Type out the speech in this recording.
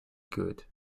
good